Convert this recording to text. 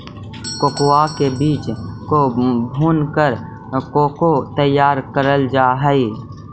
cocoa के बीज को भूनकर कोको तैयार करल जा हई